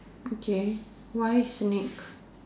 okay why snake